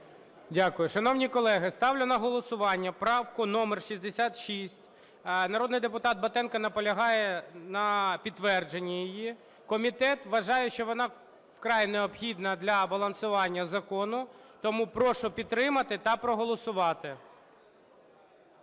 Дякую. Шановні колеги, ставлю на голосування правку номер 66. Народний депутат Батенко наполягає на підтвердженні її. Комітет вважає, що вона вкрай необхідна для балансування закону. Тому прошу підтримати та проголосувати.